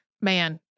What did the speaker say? Man